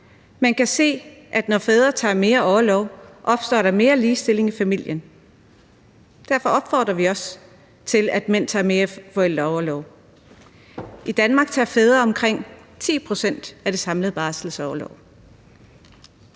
man kan se, at når fædre tager mere orlov, opstår der mere ligestilling i familien. Derfor opfordrer vi også til, at mænd tager mere forældreorlov. I Danmark tager fædre omkring 10 pct. af den samlede barselsorlov.